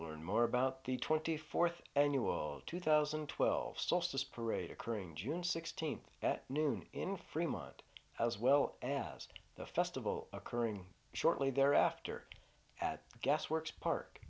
learn more about the twenty fourth annual two thousand and twelve solstice parade occurring june sixteenth at noon in fremont as well as the festival occurring shortly thereafter at gasworks park